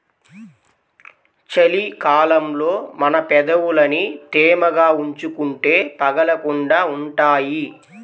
చలి కాలంలో మన పెదవులని తేమగా ఉంచుకుంటే పగలకుండా ఉంటాయ్